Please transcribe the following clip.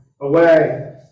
away